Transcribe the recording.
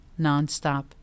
nonstop